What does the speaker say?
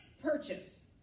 purchase